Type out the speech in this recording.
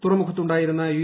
തുറമുഖത്തുണ്ടായിരുന്ന U